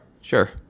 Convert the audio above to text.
Sure